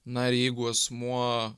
na ir jeigu asmuo